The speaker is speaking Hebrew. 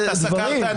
אתה סקרת.